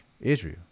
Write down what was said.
Israel